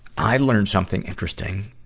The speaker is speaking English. i learned something interesting,